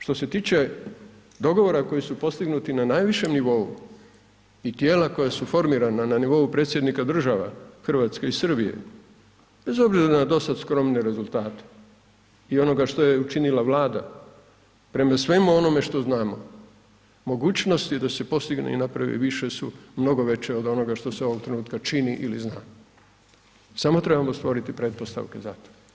Što se tiče dogovori koji su postignuti na najvišem nivou i tijela koja su formirana na nivou predsjednika država Hrvatske i Srbije, bez obzira na do sada skromne rezultate i onoga što je učinila vlada, premda svemu onome što znamo, mogućnosti da se postigne i naprave više su mnogo veće od onoga što se ovog trenutka čini li zna, samo trebamo stvoriti pretpostavke za to.